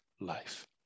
life